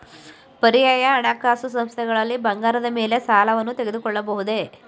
ಪರ್ಯಾಯ ಹಣಕಾಸು ಸಂಸ್ಥೆಗಳಲ್ಲಿ ಬಂಗಾರದ ಮೇಲೆ ಸಾಲವನ್ನು ತೆಗೆದುಕೊಳ್ಳಬಹುದೇ?